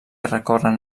recorren